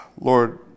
Lord